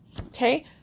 Okay